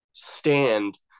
stand